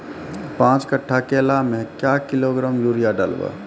पाँच कट्ठा केला मे क्या किलोग्राम यूरिया डलवा?